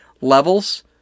levels